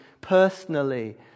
personally